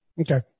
Okay